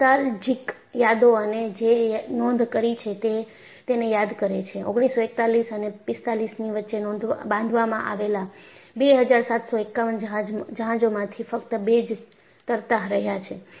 nostalgic યાદો અને જે નોંધ કરી છે તેને યાદ કરે છે 1941 અને 45 ની વચ્ચે બાંધવામાં આવેલા 2751 જહાજોમાંથી ફક્ત બે જ તરતા રહ્યા છે